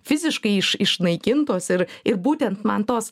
fiziškai iš išnaikintos ir ir būtent man tos